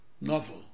novel